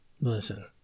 Listen